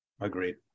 Agreed